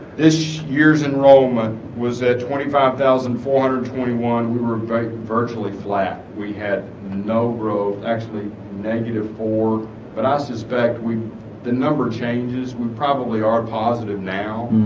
this year's enrollment was at twenty five thousand four hundred twenty one we were in virtually flat we had no growth actually negative four but i suspect we the number changes we probably are positive now